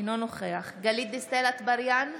אינו נוכח גלית דיסטל אטבריאן,